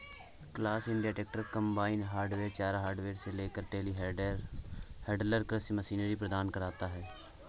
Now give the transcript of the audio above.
class India tractor, combine harvester, चारा harvester से लेकर टेलीहैंडलर कृषि मशीनरी प्रदान करता है